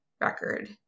record